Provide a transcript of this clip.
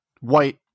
white